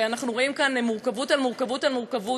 ואנחנו רואים כאן מורכבות על מורכבות על מורכבות.